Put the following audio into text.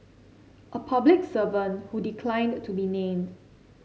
a public servant who declined to be named